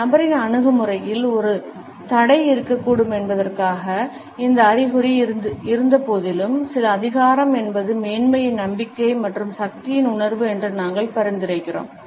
இந்த நபரின் அணுகுமுறையில் ஒரு தடை இருக்கக்கூடும் என்பதற்கான இந்த அறிகுறி இருந்தபோதிலும் சில அதிகாரம் என்பது மேன்மையின் நம்பிக்கை மற்றும் சக்தியின் உணர்வு என்று நாங்கள் பரிந்துரைக்கிறோம்